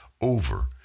over